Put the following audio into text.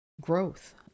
growth